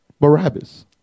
Barabbas